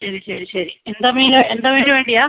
ശരി ശരി ശരി എന്ത് മീൻ എന്ത് മീൻ വേണ്ടിയാണ്